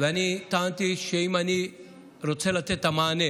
אני טענתי שאם אני רוצה לתת את המענה,